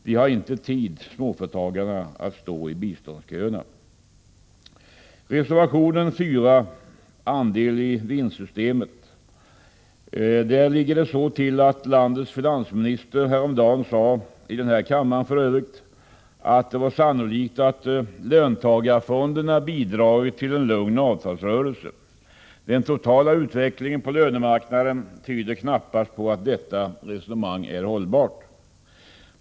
Småföretagare har inte tid att stå i biståndsköerna. Reservation 4 gäller andel-i-vinst-systemet. Där ligger det så till att landets finansminister häromdagen sade — i denna kammare för övrigt — att det var sannolikt att löntagarfonderna bidragit till en lugn avtalsrörelse. Den totala utvecklingen på lönemarknaden tyder knappast på att detta resonemang är hållbart.